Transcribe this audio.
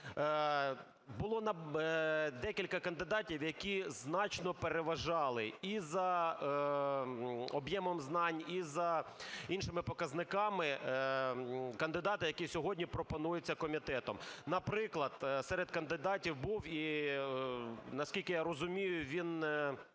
було декілька кандидатів, які значно переважали і за об'ємом знань, і за іншими показниками кандидата, який сьогодні пропонується комітетом. Наприклад, серед кандидатів був, наскільки я розумію, він